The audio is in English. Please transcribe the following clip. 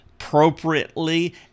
appropriately